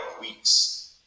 weeks